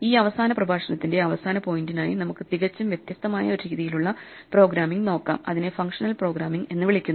ഈ അവസാന പ്രഭാഷണത്തിന്റെ അവസാന പോയിന്റിനായി നമുക്ക് തികച്ചും വ്യത്യസ്തമായ ഒരു രീതിയിലുള്ള പ്രോഗ്രാമിംഗ് നോക്കാം അതിനെ ഫംഗ്ഷണൽ പ്രോഗ്രാമിംഗ് എന്ന് വിളിക്കുന്നു